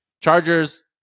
Chargers